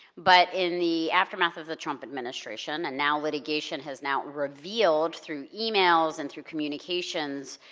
but in the aftermath of the trump administration, and now litigation has now revealed through emails and through communications,